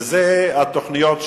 וזה התוכניות שלו,